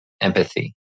empathy